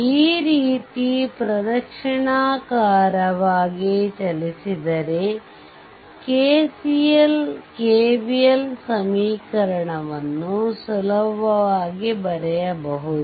ಈ ರೀತಿ ಪ್ರದಕ್ಷಿಣಾಕಾರವಾಗಿ ಚಲಿಸಿದರೆ KCL KVL ಸಮೀಕರಣವನ್ನು ಸುಲಭವಾಗಿ ಬರೆಯಬಹುದು